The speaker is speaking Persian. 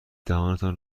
دهانتان